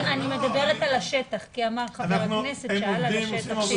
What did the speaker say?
אני מדברת על השטח, כי חבר הכנסת שאל על השטח.